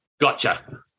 gotcha